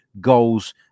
Goals